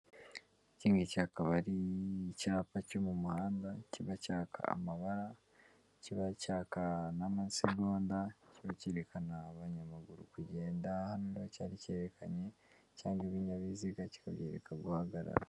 Kimwe kikaba ari icyapa cyo mu muhanda, kiba cyaka amabara, kiba cyaka n'amasegonda kiba cyerekana abanyamaguru kugenda hano cyari cyerekanye cyangwa ibinyabiziga kikabyereka guhagarara.